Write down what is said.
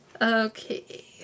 Okay